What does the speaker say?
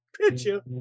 Picture